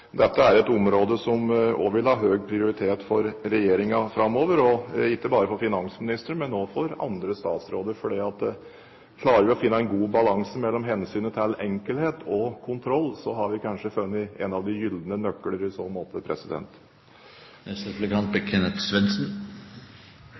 dette er et område som også vil ha høy prioritet hos regjeringen framover – ikke bare for finansministeren, men også for andre statsråder – for klarer vi å finne en god balanse mellom hensynet til enkelhet og kontroll, har vi kanskje funnet en av de gylne nøkler i så måte.